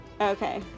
Okay